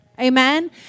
amen